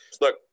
Look